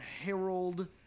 Harold